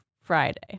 Friday